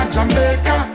Jamaica